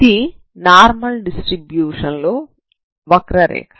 ఇది normal distribution లో వక్రరేఖ